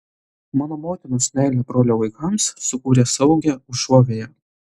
mano motinos meilė brolio vaikams sukūrė saugią užuovėją